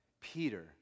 Peter